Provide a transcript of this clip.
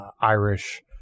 Irish